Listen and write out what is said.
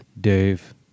Dave